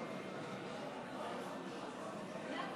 בעד,